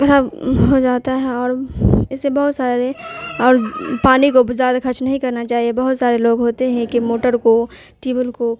خراب ہو جاتا ہے اور اس سے بہت سارے اور پانی کو زیادہ خرچ نہیں کرنا چاہیے بہت سارے لوگ ہوتے ہیں کہ موٹر کو ٹیوبل کو